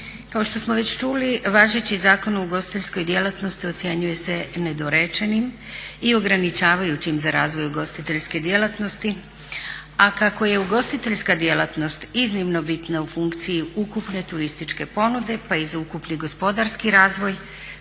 Kao što smo ve čuli važeći Zakon o ugostiteljskoj djelatnosti ocjenjuje se nedorečenim i ograničavajućim za razvoj ugostiteljske djelatnosti, a kako je ugostiteljska djelatnost iznimno bitna u funkciji ukupne turističke ponude, pa i za ukupni gospodarski razvoj